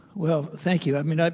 well, thank you. i mean,